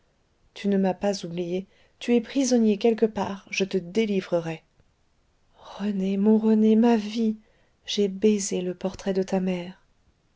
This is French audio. tu ne m'as pas oubliée tu es prisonnier quelque part je te délivrerai rené mon rené ma vie j'ai baisé le portrait de ta mère